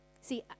See